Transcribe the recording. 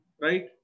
right